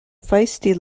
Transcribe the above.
feisty